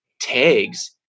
tags